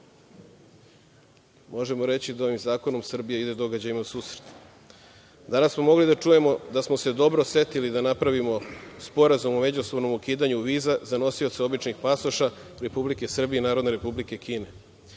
možemo reći da ovim zakonom Srbija ide događajima u susret. Danas smo mogli da čujemo da smo se dobro setili da napravimo Sporazum o međusobnom ukidanju viza za nosioce običnih pasoša Republike Srbije i Narodne Republike Kine.